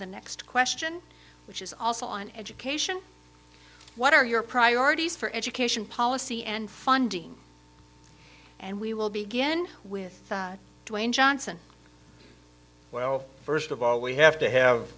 the next question which is also on education what are your priorities for education policy and funding and we will begin with wayne johnson well first of all we have to have